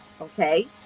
Okay